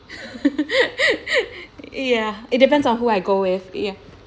ya it depends on who I go with ya